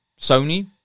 sony